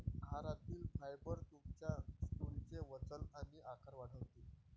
आहारातील फायबर तुमच्या स्टूलचे वजन आणि आकार वाढवते